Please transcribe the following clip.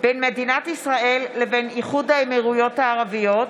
בין מדינת ישראל לבין איחוד האמירויות הערביות.